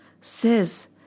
says